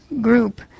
group